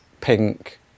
pink